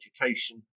education